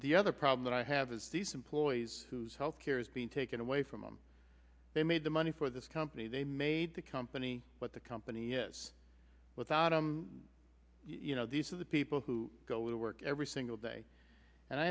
the other problem that i have is these employees whose health care is being taken away from them they made the money for this company they made the company what the company is without you know these are the people who go to work every single day and i